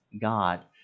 God